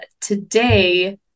Today